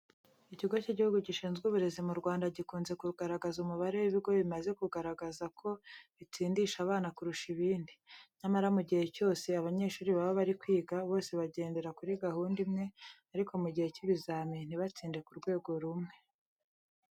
Ikigo cy'Igihugu gishinzwe Uburezi mu Rwanda gikunze kugaragaza umubare w'ibigo bimaze kugaragaza ko bitsindisha abana kurusha ibindi. Nyamara mu gihe cyose abanyeshuri baba bari kwiga, bose bagendera kuri gahunda imwe ariko mu gihe cy'ibizamini ntibatsinde ku rwego rumwe.